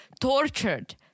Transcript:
tortured